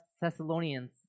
Thessalonians